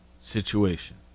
situation